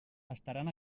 estaran